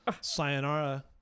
Sayonara